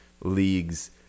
leagues